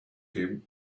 him